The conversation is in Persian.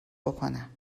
بکنم